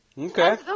Okay